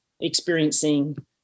experiencing